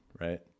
right